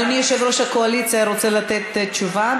אדוני יושב-ראש הקואליציה רוצה לתת תשובה.